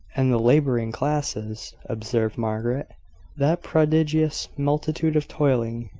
and the labouring classes, observed margaret that prodigious multitude of toiling,